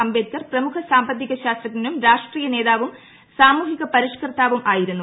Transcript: അംബേദ്കർ പ്രമുഖ സാമ്പത്തിക ശാസ്ത്രജ്ഞനും രാഷ്ട്രീയ നേതാവും സാമൂഹിക പരിഷ്കർത്താവും ആയിരുന്നു